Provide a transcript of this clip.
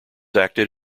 acted